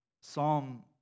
Psalm